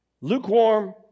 lukewarm